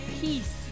peace